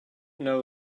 know